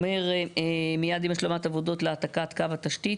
אומר "מייד עם השלמת העבודות להעתקת קו התשתית,